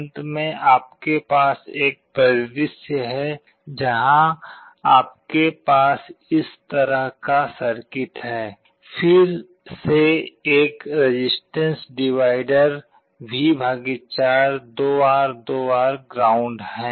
अंत में आपके पास एक परिदृश्य है जहां आपके पास इस तरह का सर्किट है फिर से एक resistance divider V 4 2R 2R ground है